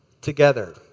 together